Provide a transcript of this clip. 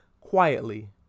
quietly